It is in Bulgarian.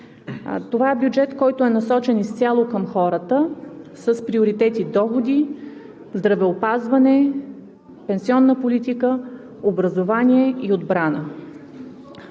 Това е бюджет, насочен изцяло към хората, с приоритети: доходи, здравеопазване, пенсионна политика, образование и отбрана.